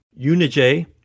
Unijay